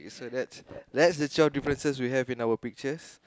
so that's that's the twelve differences we have in our pictures